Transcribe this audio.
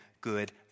good